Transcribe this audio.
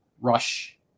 rush